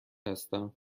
هستم